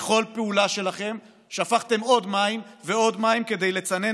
בכל פעולה שלכם שפכתם עוד מים ועוד מים כדי לצנן